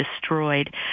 destroyed